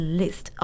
list